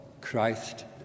Christ